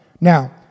Now